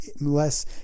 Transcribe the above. less